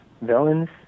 villains